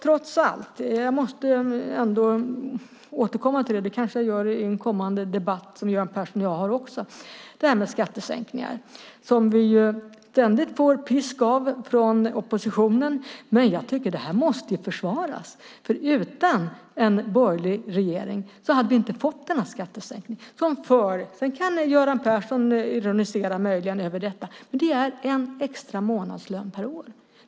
Trots allt måste jag ändå återkomma till, och det kanske jag även gör i den kommande debatt som jag och Göran Persson ska ha, de skattesänkningar som vi ju ständigt får pisk för från oppositionen. Jag tycker dock att de måste försvaras, för utan en borgerlig regering hade vi inte fått denna skattesänkning. Göran Persson kan möjligen ironisera över detta, men det är en extra månadslön per år.